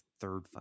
third